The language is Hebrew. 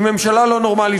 היא ממשלה לא נורמלית,